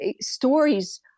stories